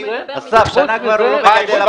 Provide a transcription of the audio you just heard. אסף, שנה לא מגדל .